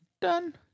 Done